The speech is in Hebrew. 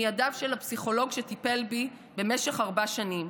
מידיו של הפסיכולוג שטיפל בי במשך ארבע שנים.